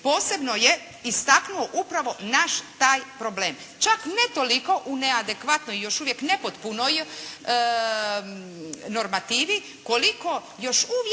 posebno je istaknuo upravo naš taj problem, čak ne toliko u neadekvatnoj i još uvijek nepotpunoj normativi koliko još uvijek